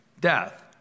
death